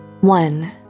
One